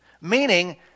Meaning